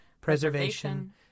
preservation